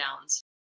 downs